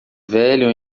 velho